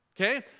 Okay